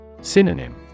Synonym